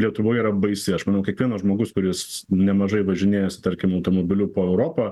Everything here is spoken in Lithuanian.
lietuvoje yra baisi aš manau kiekvienas žmogus kuris nemažai važinėjęs tarkim automobiliu po europą